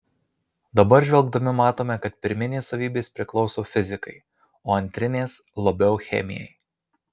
dabar žvelgdami matome kad pirminės savybės priklauso fizikai o antrinės labiau chemijai